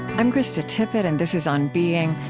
i'm krista tippett, and this is on being.